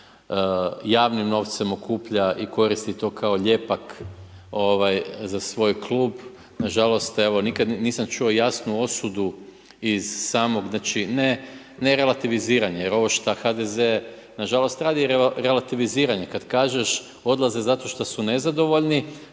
javnim novcem okuplja i koristi to kao lijepak za svoj klub, nažalost nikada nisam čuo jasnu osudu iz samog ne ne relativiziranja, jer ono što HDZ nažalost radi je relativiziranje, kada kažeš odlaze zato što su nezadovoljni,